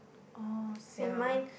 oh same mine is